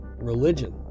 religion